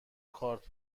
کارت